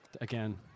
again